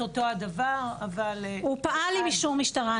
הוא פעל עם אישור משטרה.